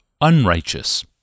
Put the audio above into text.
unrighteous